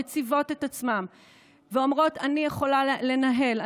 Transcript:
מציבות את עצמן ואומרות: אני יכולה לנהל,